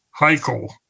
Heichel